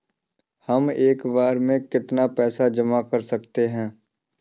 हम एक बार में कितनी पैसे जमा कर सकते हैं?